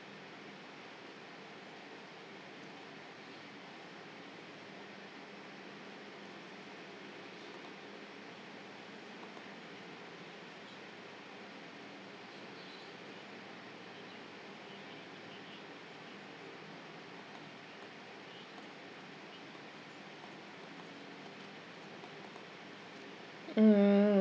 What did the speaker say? um